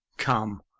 come,